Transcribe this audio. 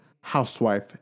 housewife